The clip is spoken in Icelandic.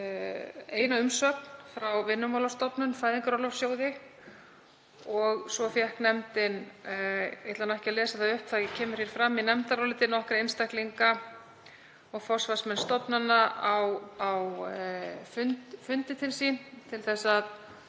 eina umsögn frá Vinnumálastofnun – Fæðingarorlofssjóði, og svo fékk nefndin, ég ætla ekki að lesa það upp, það kemur fram í nefndaráliti, nokkra einstaklinga og forsvarsmenn stofnana á fundi til sín til að